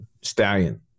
stallion